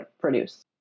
produce